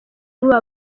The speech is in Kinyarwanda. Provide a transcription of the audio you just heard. muba